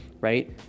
right